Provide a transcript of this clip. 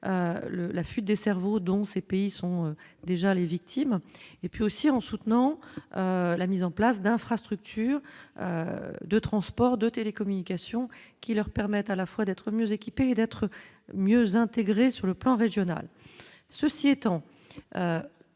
la fuite des cerveaux dont ces pays sont déjà les victimes et puis aussi en soutenant la mise en place d'infrastructures de transport de télécommunication qui leur permettent à la fois d'être mieux équipés d'être mieux intégrées sur le plan régional, ceci étant